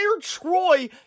Troy